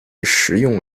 食用